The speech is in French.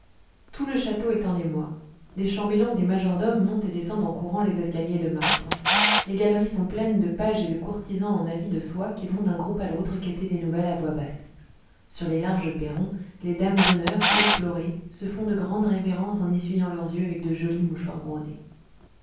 tout le château est en émoi des chambellans des majordomes montent et descendent en courant les escaliers de marbre les galeries sont pleines de pages et de courtisans en habits de soie qui vont d'un groupe à l'autre quêter des nouvelles à voix basse sur les larges perrons les dames d'honneur éplorées se font de grandes révérences en essuyant leurs yeux avec de jolis mouchoirs brodés